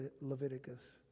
Leviticus